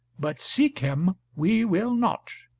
but seek him we will not.